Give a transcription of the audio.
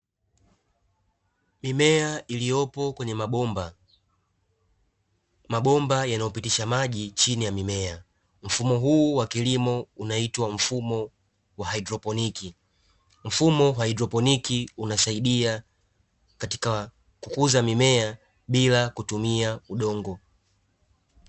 Mimea iliyopo kwenye mabomba, mabomba yanayopitisha maji chini ya mimea mfumo huu wa kilimo unaitwa mfumo wa haidroponiki, mfumo wa haidroponiki unasaidia katika kukuza mimea bila kutumia udongo.